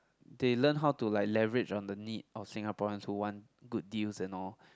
they learned how to like leverage on the need of Singaporeans who want good deals and all